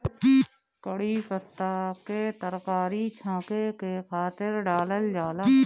कढ़ी पत्ता के तरकारी छौंके के खातिर डालल जाला